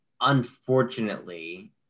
unfortunately